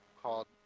called